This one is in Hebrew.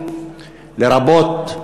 לרבות,